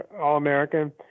All-American